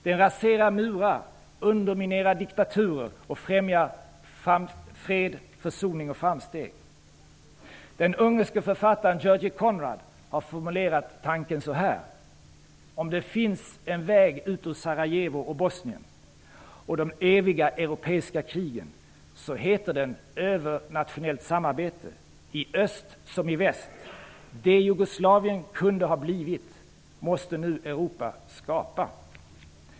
Det raserar murar, underminerar diktaturer och främjar försoning, fred och framsteg. Den ungerske författaren György Konrád har formulerat en liknande tanke: ''Om det finns en väg ut ur Sarajevo och Bosnien, och de eviga europeiska krigen, så heter den övernationellt samarbete. I öst som i väst. Det Jugoslavien kunde ha blivit, måste nu Europa skapa.''